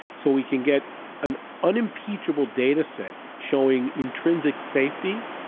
so we can get an unimpeachably data set showing intrinsic safety.